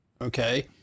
Okay